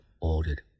ordered